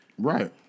Right